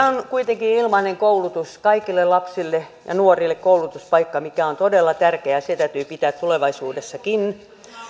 on kuitenkin ilmainen koulutus kaikille lapsille ja nuorille koulutuspaikka mikä on todella tärkeää se täytyy pitää tulevaisuudessakin